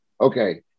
okay